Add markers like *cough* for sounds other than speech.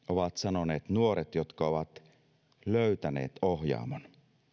*unintelligible* ovat sanoneet nuoret jotka ovat löytäneet ohjaamon